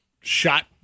shot